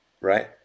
right